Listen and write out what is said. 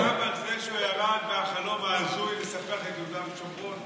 גם על זה שהוא ירד מהחלום ההזוי לספח את יהודה ושומרון,